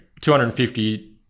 250